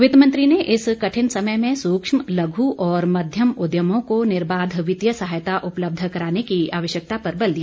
वितमंत्री ने इस कठिन समय में सूक्ष्म लघु और मध्यम उद्यमों को निर्बाध वित्तीय सहायता उपलब्ध कराने की आवश्यकता पर बल दिया